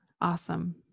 Awesome